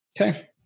Okay